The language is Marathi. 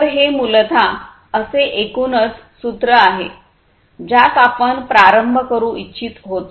तर हे मूलत असे एकूणच सूत्रा आहे ज्यास आपण प्रारंभ करू इच्छित होतो